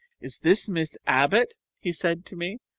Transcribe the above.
is this miss abbott he said to me,